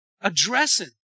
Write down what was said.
addressing